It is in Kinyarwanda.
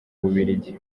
bubiligi